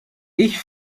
ich